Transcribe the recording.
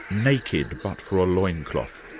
naked but for a loincloth.